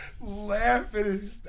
laughing